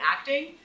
acting